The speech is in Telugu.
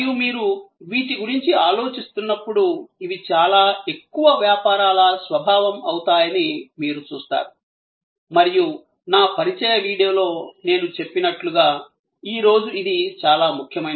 మీరు వీటి గురించి ఆలోచిస్తున్నప్పుడు ఇవి చాలా ఎక్కువ వ్యాపారాల స్వభావం అవుతాయని మీరు చూస్తారు మరియు నా పరిచయ వీడియోలో నేను చెప్పినట్లుగా ఈ రోజు ఇది చాలా ముఖ్యమైనది